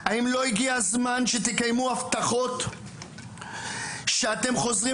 האם לא הגיע הזמן שתקיימו הבטחות שאתם חוזרים